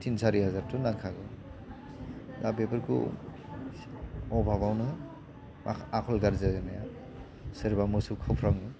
टिन सारि हाजारथ' नांखागौ दा बेफोरखौ अभाबावनो आखल गाज्रि जायो होन्नाया सोरबा मोसौ खावफ्रांङो